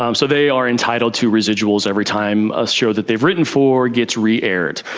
um so they are entitled to residuals every time a show that they've written for gets re-aired.